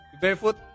barefoot